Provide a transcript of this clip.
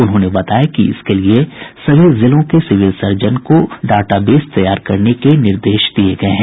उन्होंने बताया कि इसके लिए सभी जिलों के सिविल सर्जन को डाटा बेस तैयार करने का निर्देश दिये गये हैं